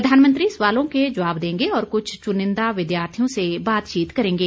प्रधानमंत्री सवालों के जवाब देंगे और कृछ चुनिंदा विद्यार्थियों से बातचीत करेंगे